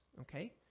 okay